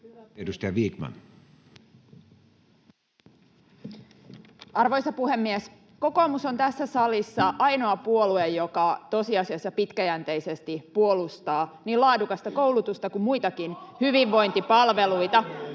Content: Arvoisa puhemies! Kokoomus on tässä salissa ainoa puolue, joka tosiasiassa pitkäjänteisesti puolustaa niin laadukasta koulutusta kuin muitakin hyvinvointipalveluita,